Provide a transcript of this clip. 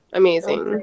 amazing